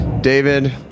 David